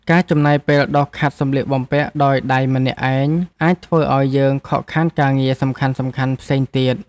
ការចំណាយពេលដុសខាត់សម្លៀកបំពាក់ដោយដៃម្នាក់ឯងអាចធ្វើឱ្យយើងខកខានការងារសំខាន់ៗផ្សេងទៀត។